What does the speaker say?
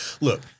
Look